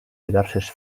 diverses